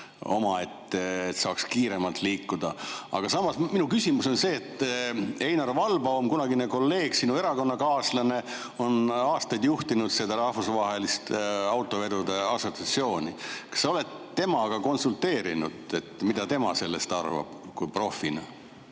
et saaks kiiremalt liikuda. Aga samas, minu küsimus on see: Einar Vallbaum, kunagine kolleeg, sinu erakonnakaaslane, on aastaid juhtinud Eesti Rahvusvaheliste Autovedajate Assotsiatsiooni. Kas sa oled temaga konsulteerinud, mida tema sellest profina